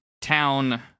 town